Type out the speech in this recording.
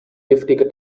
giftige